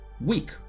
weak